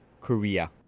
Korea